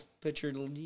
picture